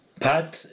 Pat